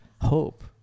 hope